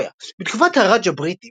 היסטוריה בתקופת הראג' הבריטי,